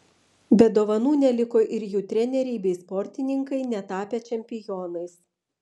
be dovanų neliko ir jų treneriai bei sportininkai netapę čempionais